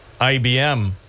IBM